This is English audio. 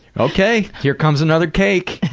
ok, here comes another cake.